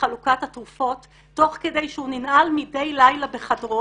חלוקת התרופות תוך כדי שהוא ננעל מדיי לילה בחדרו,